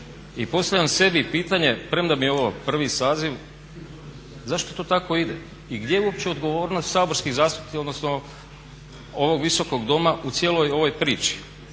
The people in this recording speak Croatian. I postavljam sebi pitanje premda mi je ovo prvi saziv zašto to tako ide i gdje je uopće odgovornost saborskih zastupnika odnosno ovog Visokog doma u cijeloj ovoj priči.